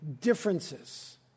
differences